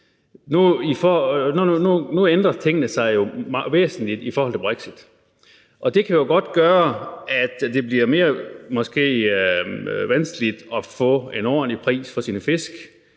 Nu ændrer tingene sig jo væsentligt i forbindelse med brexit, og det kan jo godt gøre, at det måske bliver mere vanskeligt at få en ordentlig pris for ens fisk,